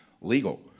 legal